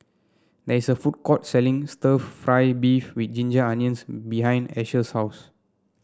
there is a food court selling stir fry beef with Ginger Onions behind Asher's house